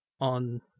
on